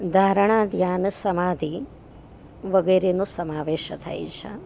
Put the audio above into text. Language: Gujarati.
ધારણા ધ્યાનસમાધિ વગેરેનો સમાવેશ થાય છે